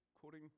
quoting